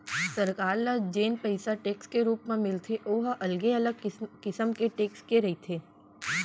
सरकार ल जेन पइसा टेक्स के रुप म मिलथे ओ ह अलगे अलगे किसम के टेक्स के रहिथे